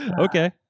Okay